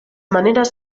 maneres